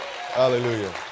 Hallelujah